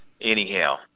Anyhow